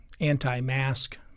anti-mask